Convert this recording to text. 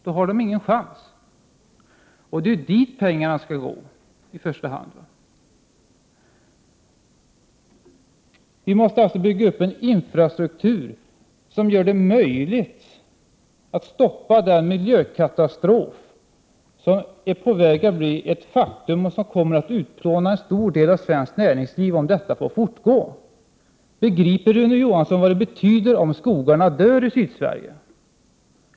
Då har SJ ingen chans. Det är till banorna pengarna skall gå i första hand. Vi måste alltså bygga upp en infrastruktur som gör det möjligt att stoppa den miljökatastrof som är på väg att bli ett faktum och som kommer att utplåna en stor del av svenskt näringsliv, om allt bara får fortgå. Begriper Rune Johansson vad det betyder om skogarna dör i Sydsverige?